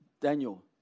Daniel